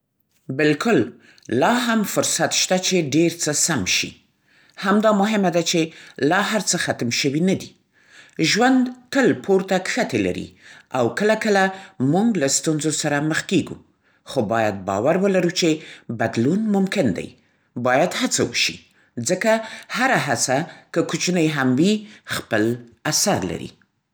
بالکل، لا هم فرصت شته چې ډېر څه سم شي. همدا مهمه ده چې لا هر څه ختم شوي نه‌دي. ژوند تل پورته‌کښتې لري او کله کله موږ له ستونزو سره مخ کېږو. خو باید باور ولرو چې بدلون ممکن دی. باید هڅه وشي. ځکه هره هڅه، که کوچنۍ هم وي، خپل اثر لري.